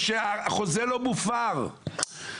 חשבנו על זה.